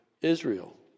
Israel